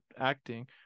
acting